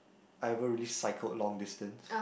I ever really cycled long distance